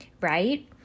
right